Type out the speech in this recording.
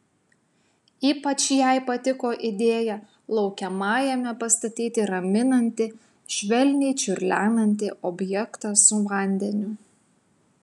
ypač jai patiko idėja laukiamajame pastatyti raminantį švelniai čiurlenantį objektą su vandeniu